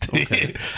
Okay